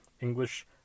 English